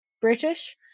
British